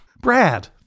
Brad